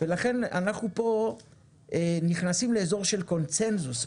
לכן אנחנו פה נכנסים פה לאזור של קונצנזוס,